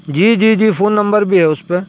جی جی جی phone number بھی ہے اس پہ